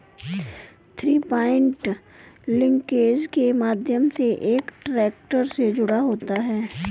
three point linkage के माध्यम से एक ट्रैक्टर से जुड़ा होता है